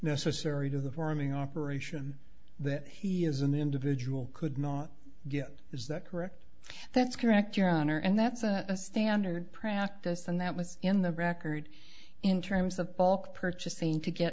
necessary to the farming operation that he is an individual could not get is that correct that's correct your honor and that's a standard practice and that was in the record in terms of bulk purchasing to get